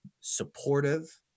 supportive